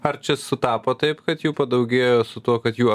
ar čia sutapo taip kad jų padaugėjo su tuo kad jų